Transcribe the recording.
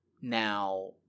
Now